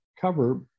cover